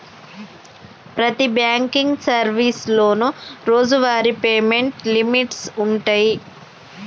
ప్రతి బాంకింగ్ సర్వీసులోనూ రోజువారీ పేమెంట్ లిమిట్స్ వుంటయ్యి